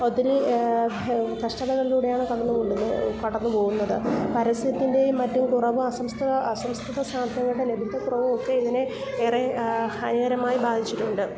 ഒത്തിരി കഷ്ടതകളിലൂടെയാണ് കടന്ന് പോകുന്നത് കടന്ന് പോകുന്നത് പരസ്യത്തിൻ്റെയും മറ്റും കുറവ് അസംസ്കൃത അസംസ്കൃത സാധനങ്ങളുടെ ലഭ്യത കുറവൊക്കെ ഇതിനെ ഏറെ ഹാനികരമായി ബാധിച്ചിട്ടുണ്ട്